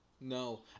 No